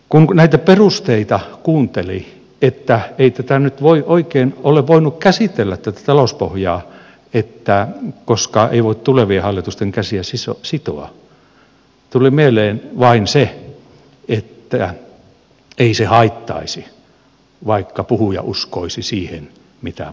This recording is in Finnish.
kun kuunteli näitä perusteita että ei tätä talouspohjaa nyt oikein ole voinut käsitellä koska ei voi tulevien hallitusten käsiä sitoa tuli mieleen vain se että ei se haittaisi vaikka puhuja uskoisi siihen mitä puhuu